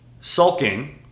sulking